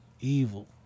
evil